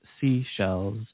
seashells